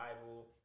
Bible